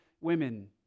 women